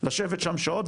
לשבת שם שעות,